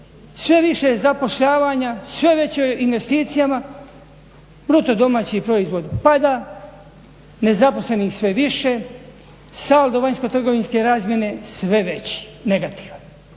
sve više je zapošljavanja, sve veće je investicijama, BDP pada, nezaposlenih sve više, saldo vanjskotrgovinske razmjene sve veći negativan,